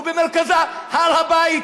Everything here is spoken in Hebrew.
ובמרכזה הר-הבית,